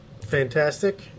fantastic